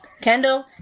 Kendall